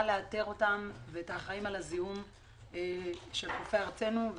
לאתר אותם ואת האחראים על הזיהום של חופי ארצנו.